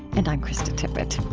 and i'm krista tippett